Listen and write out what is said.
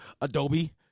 Adobe